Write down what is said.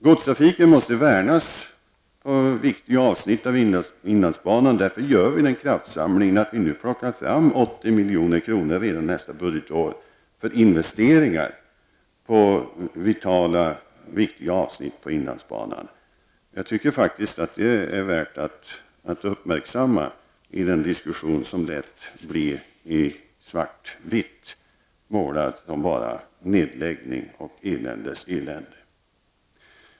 Godstrafiken måste värnas på viktiga avsnitt av Inlandsbanan, och därför gör vi en kraftsamling och tar fram 80 milj.kr. nästa budgetår för investeringar på vitala avsnitt av inlandsbanan. Jag tycker faktiskt att det är värt att uppmärksamma i den diskussion där man gärna målar i svart och bara talar om nedläggning och eländes elände.